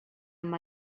amb